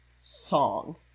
song